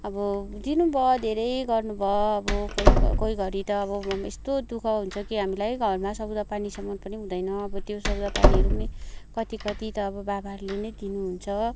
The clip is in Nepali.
अब दिनुभयो धेरै गर्नुभयो अब कोही क कोही घडी त अब यस्तो दुःख हुन्छ कि हामीलाई घरमा सौदा पानीसम्म पनि हुँदैन अब त्यो सौदा पानीहरू पनि कति कति त अब बाबाहरूले नै दिनुहुन्छ